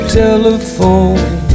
telephone